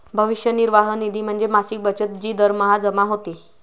भविष्य निर्वाह निधी म्हणजे मासिक बचत जी दरमहा जमा होते